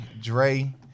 Dre